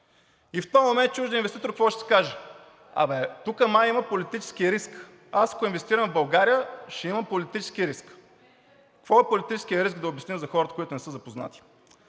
И в този момент чуждият инвеститор какво ще си каже: тук май има политически риск, аз, ако инвестирам в България, ще имам политически риск! Какво е политическият риск – да обясня за хората, които не са запознати.